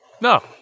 no